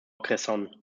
cresson